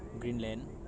Greenland